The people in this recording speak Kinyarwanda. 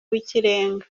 w’ikirenga